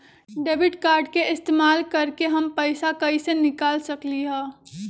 Debit card के इस्तेमाल करके हम पैईसा कईसे निकाल सकलि ह?